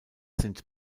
sind